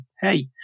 hey